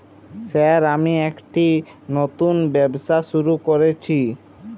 Sir আমি একটি নতুন ব্যবসা শুরু করেছি?